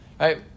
right